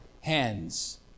hands